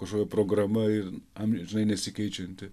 kažkokia programa ir am žinai nesikeičianti